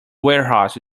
warehouse